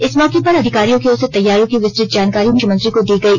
इस मौके पर अधिकारियों की ओर से तैयारियों की विस्तृत जानकारी मुख्यमंत्री को दी गई